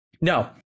No